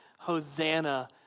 Hosanna